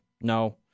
No